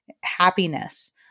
happiness